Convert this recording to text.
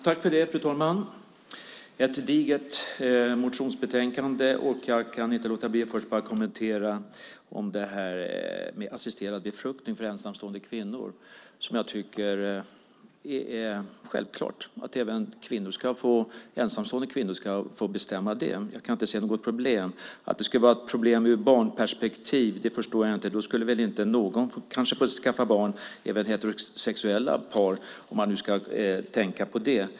Fru talman! Det är ett digert motionsbetänkande. Jag kan inte låta bli att först kommentera assisterad befruktning för ensamstående kvinnor. Jag tycker att det är självklart att även ensamstående kvinnor ska få bestämma det. Jag kan inte se något problem. Att det skulle vara ett problem ur barnperspektiv förstår jag inte. Då skulle väl inte någon få skaffa barn, inte heller heterosexuella par, om man nu ska tänka på det.